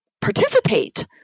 participate